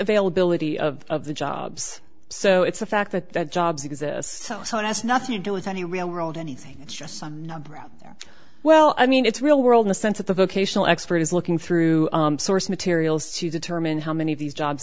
availability of of the jobs so it's the fact that jobs exist so so it has nothing to do with any real world anything just some number out there well i mean it's real world in a sense that the vocational expert is looking through source materials to determine how many of these jobs